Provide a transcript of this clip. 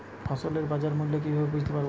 ফসলের বাজার মূল্য কিভাবে বুঝতে পারব?